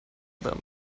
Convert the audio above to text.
them